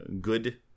good